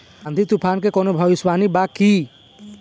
आँधी तूफान के कवनों भविष्य वानी बा की?